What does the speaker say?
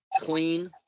clean